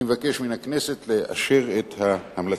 אני מבקש מן הכנסת לאשר את ההמלצה.